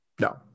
No